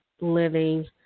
living